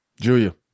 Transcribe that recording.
Julia